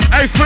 Hey